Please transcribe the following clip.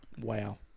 Wow